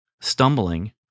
stumbling